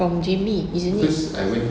from J_B isn't it